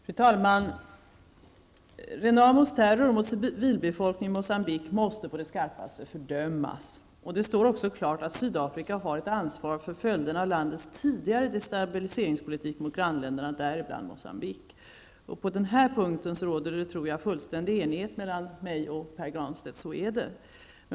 Fru talman! Renamos terror mot civilbefolkningen i Moçambique måste på det skarpaste fördömas. Det står också klart att Sydafrika har ett ansvar för följderna av landets tidigare destabiliseringspolitik mot grannländerna, däribland Moçambique. Jag tror att det på den punkten råder fullständig enighet mellan mig och Pär Granstedt.